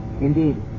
indeed